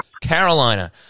Carolina